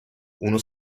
uno